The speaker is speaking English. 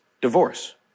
divorce